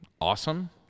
awesome